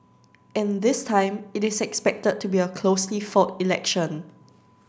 and this time it is expected to be a closely fought election